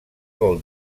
vol